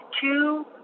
two